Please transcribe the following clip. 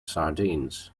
sardines